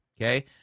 Okay